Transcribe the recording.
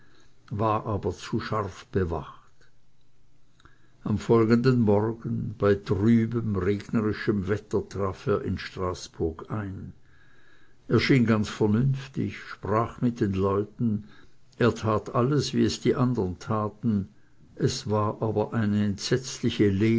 war aber zu scharf bewacht am folgenden morgen bei trübem regnerischem wetter trat er in straßburg ein er schien ganz vernünftig sprach mit den leuten er tat alles wie es die andern taten es war aber eine entsetzliche